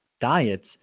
diets